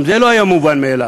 גם זה לא היה מובן מאליו.